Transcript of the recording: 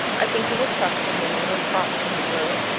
i think you will trust him when you have talked to him a little.